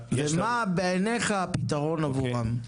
ומה בעיניך הפתרון עבורם?